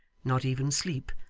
not even sleep,